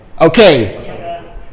Okay